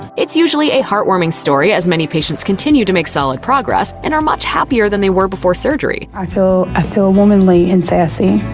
it's usually a heart warming story, as many patients continue to make solid progress, and are much happier than they were before surgery. i feel ah feel womanly and sassy.